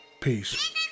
Peace